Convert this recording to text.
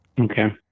Okay